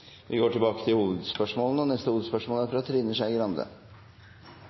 Vi går videre til neste hovedspørsmål.